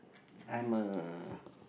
I'm a